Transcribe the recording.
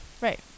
Right